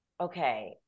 okay